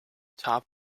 top